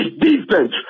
defense